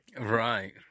Right